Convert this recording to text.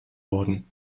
worden